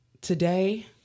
today